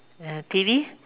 uh TV